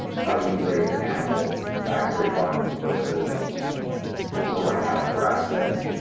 how you raise an animal, factory farming, versus growing out grass-fed,